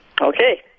okay